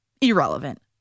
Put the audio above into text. irrelevant